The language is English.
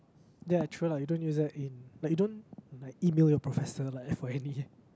ya true lah you don't use that in like you don't like email your professor like F_Y_N_A